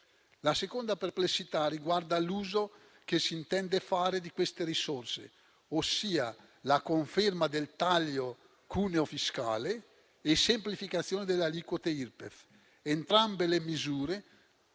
La seconda perplessità riguarda l'uso che si intende fare delle risorse, ossia la conferma del taglio del cuneo fiscale e la semplificazione delle aliquote Irpef: entrambe le misure